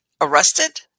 arrested